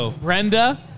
Brenda